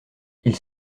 ils